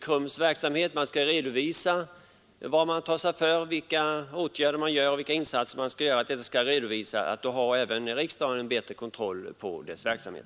KRUM :s Anslag ti PN vården, m.m. verksamhet — förbundet skall ju till kriminalvårdsstyrelsen redovisa sina åtgärder och insatser — får även riksdagen bättre kontroll över dess verksamhet.